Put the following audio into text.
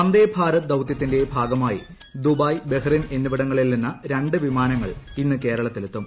വന്ദേ ഭാരത് ദൌതൃത്തിന്റെ ഭാഗമായി Dubai Bahrain എന്നിവിടങ്ങളിൽ തിന്ന് രണ്ട് വിമാനങ്ങൾ ഇന്ന് കേരളത്തിലെത്തും